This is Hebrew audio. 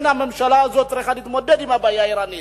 כן, הממשלה הזאת צריכה להתמודד עם הבעיה האירנית,